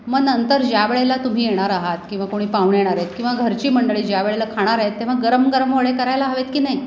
मग नंतर ज्यावेळेला तुम्ही येणार आहात किंवा कोणी पाहुणे येणारे आहेत किंवा घरची मंडळी ज्या वेळेला खाणार आहेत तेव्हा गरम गरम वडे करायला हवे आहेत की नाही